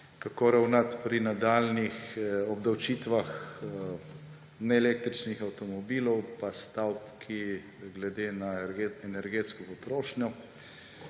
kako ravnati pri nadaljnjih obdavčitvah neelektričnih avtomobilov pa stavb glede na energetsko potrošnjo.